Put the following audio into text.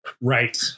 Right